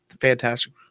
fantastic